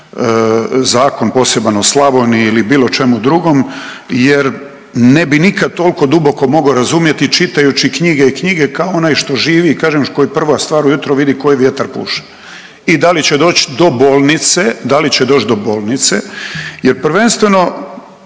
zakon poseban o Slavoniji ili bilo čemu drugom, jer ne bih nikad toliko duboko razumjeti čitajući knjige i knjige kao onaj što živi kažem koji prvu stvar u jutro vidi koji vjetar puše i da li će doći do bolnice. Jer prvenstveno